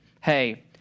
hey